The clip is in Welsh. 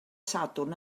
sadwrn